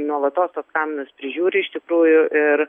nuolatos tuos kaminus prižiūri iš tikrųjų ir